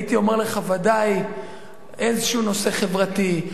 הייתי אומר לך: ודאי איזה נושא חברתי,